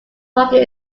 market